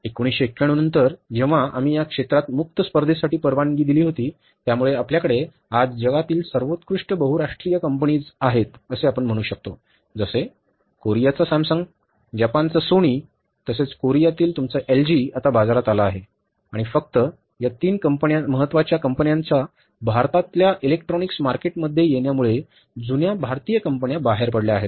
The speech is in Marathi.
1991 नंतर जेव्हा आम्ही या क्षेत्रात मुक्त स्पर्धेसाठी परवानगी दिली होती त्यामुळे आपल्याकडे आज जगातील सर्वोत्कृष्ट बहुराष्ट्रीय कंपनीत आहेत असे म्हणू शकतो जसे कोरियाचा सॅमसंग जपानचा सोनी तसाच कोरियातील तुमचा एलजी आता बाजारात आला आहे आणि फक्त या तीन महत्त्वाच्या कंपन्यांच्या भारतातल्या इलेक्ट्रॉनिक्स मार्केटमध्ये येण्यामुळे जुन्या भारतीय कंपन्या बाहेर पडल्या आहेत